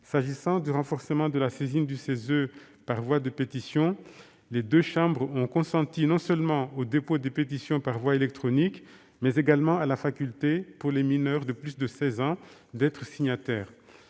S'agissant du renforcement de la saisine du CESE par voie de pétition, les deux chambres ont consenti non seulement au dépôt des pétitions par voie électronique, mais également à la faculté, pour les mineurs de plus de 16 ans, d'en être signataires.